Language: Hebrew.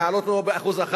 להעלות אותו ב-1%,